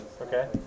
Okay